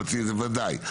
זה ודאי.